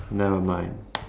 never mind